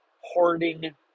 hoarding